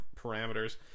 parameters